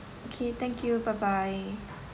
okay thank you bye bye